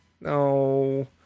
No